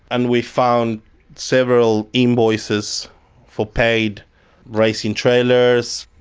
and we found several invoices for paid racing trailers,